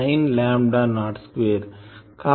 119 lambda naught square